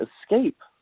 escape